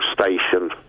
station